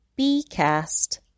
bcast